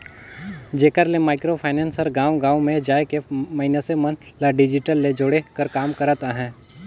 जेकर ले micro finance हर गाँव गाँव में जाए के मइनसे मन ल डिजिटल ले जोड़े कर काम करत अहे